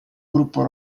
gruppo